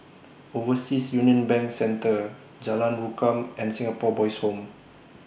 Overseas Union Bank Centre Jalan Rukam and Singapore Boys' Home